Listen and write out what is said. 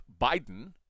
Biden